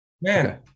Man